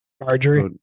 Marjorie